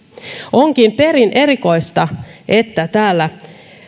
onkin perin erikoista että täällä